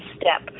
step